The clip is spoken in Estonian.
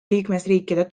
liikmesriikide